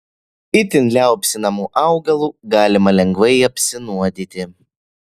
itin liaupsinamu augalu galima lengvai apsinuodyti